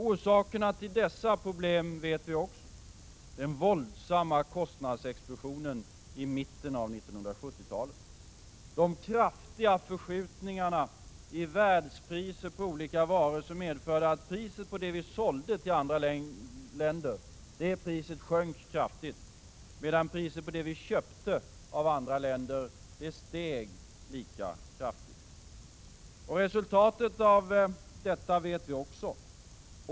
Orsakerna till dessa problem känner vi till: den våldsamma kostnadsexplosionen i mitten av 1970-talet, de kraftiga förskjutningarna i världspriser på olika varor som medförde att priset på det vi sålde till andra länder sjönk kraftigt, medan priset på det vi köpte av andra länder steg lika kraftigt. Och resultatet vet vi också.